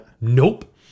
Nope